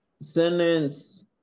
sentence